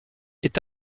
est